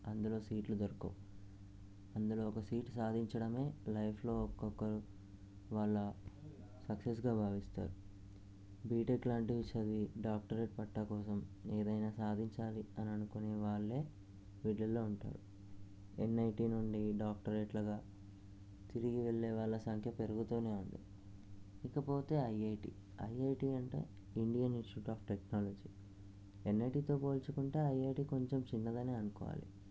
అందులో సీట్లు దొరకవు ఇందులో ఒక సీటు సాధించడమే లైఫ్లో ఒక్కొక్క వాళ్ళ సక్సెస్గా భావిస్తారు బీటెక్ లాంటివి చదివి డాక్టరేట్ పట్టా కోసం ఏదైనా సాధించాలి అని అనుకునే వాళ్ళే వీళ్ళల్లో ఉంటారు ఎన్ఐటీ నుండి డాక్టరేట్లుగా తిరిగి వెళ్ళే వాళ్ళ సంఖ్య పెరుగుతు ఉంది ఇకపోతే ఐఐటీ ఐఐటీ అంటే ఇండియన్ ఇన్స్టిట్యూట్ ఆఫ్ టెక్నాలజీ ఎన్ఐటీతో పోల్చుకుంటే ఐఐటీ అనేది కొంచెం చిన్నదని అనుకోవాలి